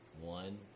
One